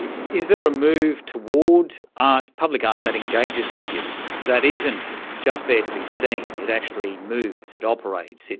yeah is there a move towards ah public art that engages with you, that isn't just there to be seen, it actually moves, it operates,